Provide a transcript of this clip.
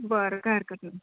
बरं काय हकरत नाही